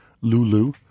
Lulu